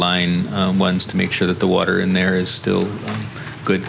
line ones to make sure that the water in there is still good